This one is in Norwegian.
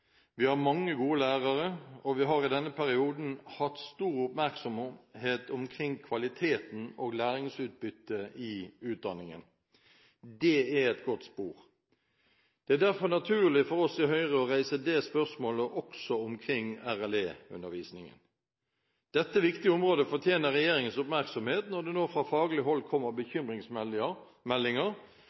vi har mange gode lærere, og vi har i denne perioden hatt stor oppmerksomhet omkring kvaliteten og læringsutbyttet i utdanningen. Det er et godt spor. Det er derfor naturlig for oss i Høyre å reise det spørsmålet også omkring RLE-undervisningen. Dette viktige området fortjener regjeringens oppmerksomhet når det nå fra faglig hold kommer bekymringsmeldinger,